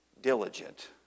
diligent